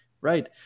Right